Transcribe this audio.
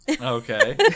Okay